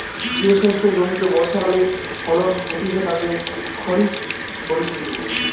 যে শস্য জমিতে বর্ষাকালে ফলন হতিছে তাকে খরিফ বলতিছে